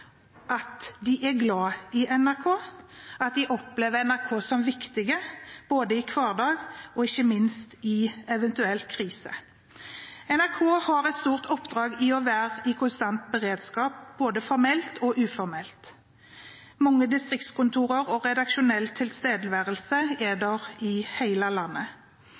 at de er glad i NRK, at de opplever NRK som viktig, både i hverdagen og ikke minst i en eventuell krise. NRK har et stort oppdrag i å være i konstant beredskap, både formelt og uformelt. Det er mange distriktskontorer og redaksjonell tilstedeværelse i hele landet. NRK har per i